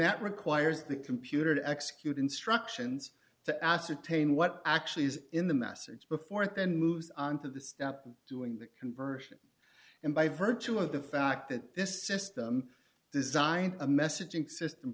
that requires the computer to execute instructions to ascertain what actually is in the message before it then moves on to the stop doing the conversion and by virtue of the fact that this system design a messaging system